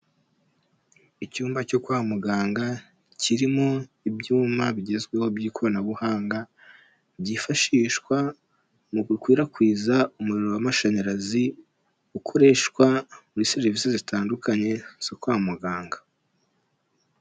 Icyumba cyo kwa muganga kirimo ibyuma bigezweho by'ikoranabuhanga, byifashishwa mu gukwirakwiza umuriro w'amashanyarazi ukoreshwa muri serivisi zitandukanye zo kwa muganga.